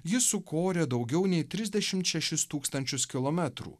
jis sukorė daugiau nei trisdešimt šešis tūkstančius kilometrų